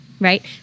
right